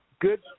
good